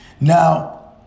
Now